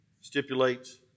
stipulates